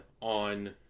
on